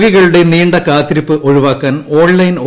രോഗികളുടെ നീണ്ട കാത്തിരിപ്പു ഒഴിവാക്കാൻ ഓൺലൈൻ ഒ